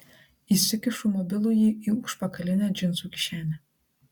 įsikišu mobilųjį į užpakalinę džinsų kišenę